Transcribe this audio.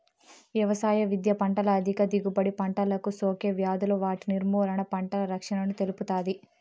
వ్యవసాయ విద్య పంటల అధిక దిగుబడి, పంటలకు సోకే వ్యాధులు వాటి నిర్మూలన, పంటల రక్షణను తెలుపుతాది